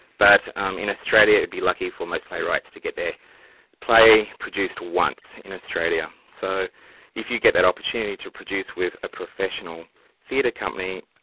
but um in australia it would be lucky for most playwrights to get their play produced once in australia. so if you get that opportunity to produce with a professional theatre company,